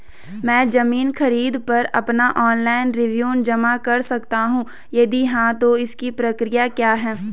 मैं ज़मीन खरीद पर अपना ऑनलाइन रेवन्यू जमा कर सकता हूँ यदि हाँ तो इसकी प्रक्रिया क्या है?